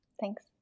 Thanks